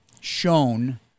shown